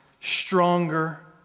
stronger